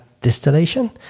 distillation